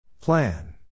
Plan